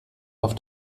auf